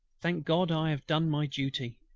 thank god, i have done my duty.